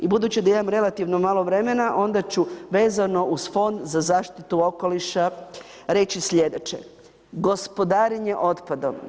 I budući da imam relativno malo vremena, onda ću vezano uz Fond za zaštitu okoliša reći sljedeće, gospodarenje otpadom.